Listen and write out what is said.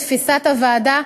לתפיסת הוועדה,